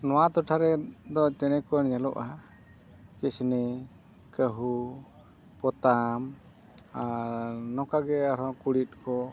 ᱱᱚᱣᱟ ᱴᱚᱴᱷᱟ ᱨᱮᱫᱚ ᱪᱮᱬᱮ ᱠᱚ ᱧᱮᱞᱚᱜᱼᱟ ᱠᱤᱥᱱᱤ ᱠᱟᱺᱦᱩ ᱯᱚᱛᱟᱢ ᱟᱨ ᱱᱚᱝᱠᱟᱜᱮ ᱟᱨᱦᱚᱸ ᱠᱩᱬᱤᱫ ᱠᱚ